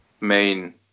main